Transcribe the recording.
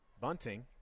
bunting